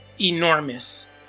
enormous